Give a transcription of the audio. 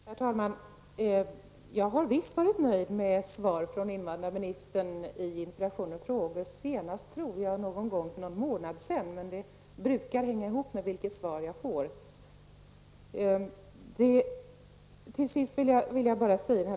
Herr talman! Jag har visst varit nöjd med svar från invandrarministern på interpellationer och frågor. Senast var det någon gång för en månad sedan. Men det brukar sammanhänga med vilket svar jag får.